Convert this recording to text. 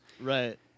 Right